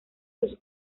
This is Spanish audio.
sus